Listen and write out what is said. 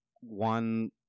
one